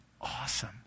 awesome